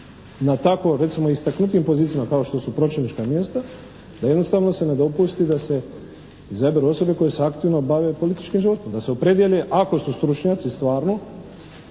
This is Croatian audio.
na tako recimo istaknutijim pozicijama kao što su pročelnička mjesta, da jednostavno se ne dopusti da se izaberu osobe koje se aktivno bave političkim životom, da se opredijele ako su stručnjaci stvarno